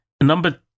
Number